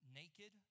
naked